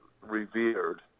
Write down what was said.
revered